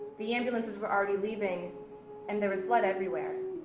the ambulances were already leaving and there was blood everywhere.